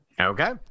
Okay